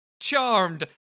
charmed